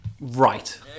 Right